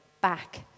back